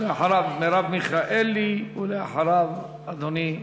ואחריה, מרב מיכאלי, ואחריה, אדוני.